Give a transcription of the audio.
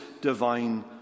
divine